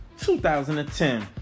2010